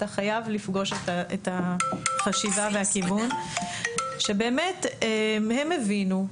אתה חייב לפגוש את החשיבה והכיוון שבאמת הם הבינו,